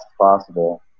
possible